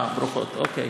ברוכות, אוקיי,